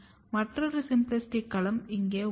மற்றொரு சிம்பிளாஸ்டிக் களம் இங்கே உள்ளது